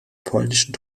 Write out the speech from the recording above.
polnischen